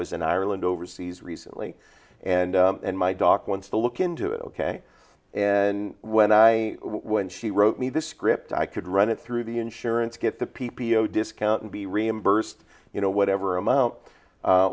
was in ireland overseas recently and my doc wants to look into it ok and when i when she wrote me this script i could run it through the insurance get the p p o discount and be reimbursed you know whatever amount